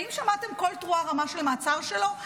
האם שמעתם קול תרועה רמה של המעצר שלו?